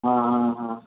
हां हां हां